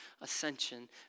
ascension